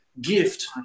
gift